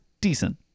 decent